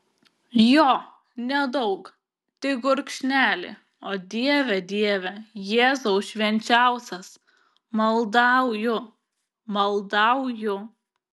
jo nedaug tik gurkšnelį o dieve dieve jėzau švenčiausias maldauju maldauju